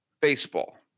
baseball